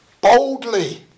boldly